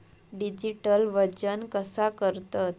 Digital वजन कसा करतत?